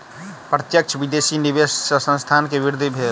प्रत्यक्ष विदेशी निवेश सॅ संस्थान के वृद्धि भेल